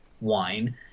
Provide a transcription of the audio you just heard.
wine –